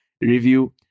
review